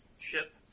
ship